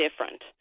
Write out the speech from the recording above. different